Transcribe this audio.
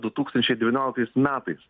du tūkstančiai devynioliktais metais